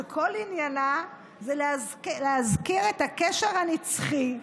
שכל עניינה זה להזכיר את הקשר הנצחי,